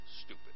stupid